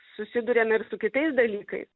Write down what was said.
susiduriam ir su kitais dalykais